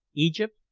egypt,